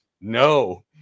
No